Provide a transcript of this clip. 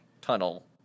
tunnel